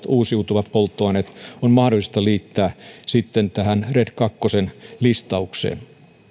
uusiutuvat polttoaineet biopolttoaineiden lisäksi on mahdollista liittää sitten tähän red kahden listaukseen